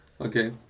Okay